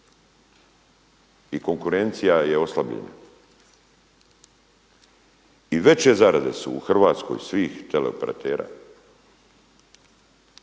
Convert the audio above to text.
I konkurencija je oslabljena i veće zarade su u Hrvatskoj svih teleoperatera